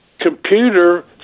computer